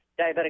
diabetic